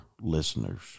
listeners